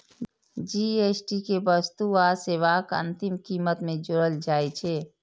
GST कें वस्तु आ सेवाक अंतिम कीमत मे जोड़ल जाइ छै